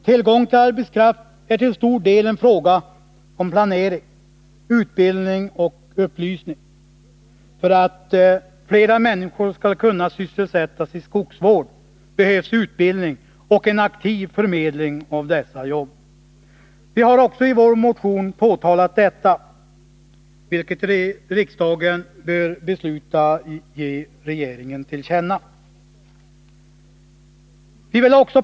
Tillgång till arbetskraft är till stor del en fråga om planering, utbildning och upplysning. För att fler människor skall kunna sysselsättas i skogsvård behövs utbildning och en aktiv förmedling av dessa jobb. Detta har vi uttalat i vår motion, och riksdagen bör besluta att ge regeringen detta till känna.